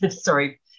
Sorry